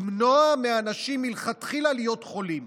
למנוע מאנשים מלכתחילה להיות חולים.